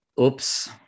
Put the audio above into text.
Oops